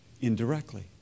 indirectly